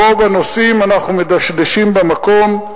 ברוב הנושאים אנחנו מדשדשים במקום,